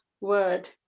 word